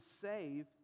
save